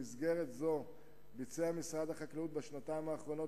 במסגרת זו ביצע משרד החקלאות בשנתיים האחרונות,